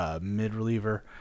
mid-reliever